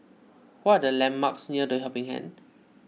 what are the landmarks near the Helping Hand